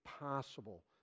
possible